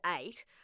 eight